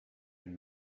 been